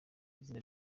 izina